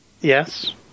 Yes